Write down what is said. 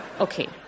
Okay